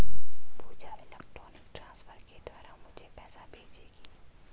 पूजा electronic transfer के द्वारा मुझें पैसा भेजेगी